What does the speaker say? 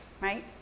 right